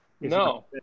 No